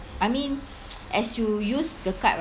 I mean as you use the card